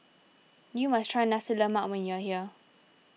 you must try Nasi Lemak when you are here